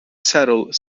settle